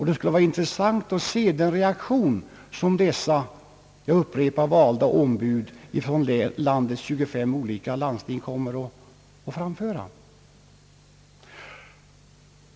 Det skulle vara intressant att se den reaktion som dessa — jag upprepar det — valda ombud för landets 25 landsting kommer att framföra.